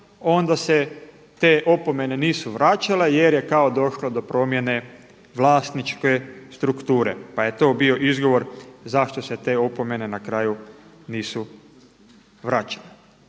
onda se te opomene nisu vraćale, jer je kao došlo do promjene vlasničke strukture pa je to bio izgovor zašto se te opomene na kraju nisu vraćale.